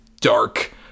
dark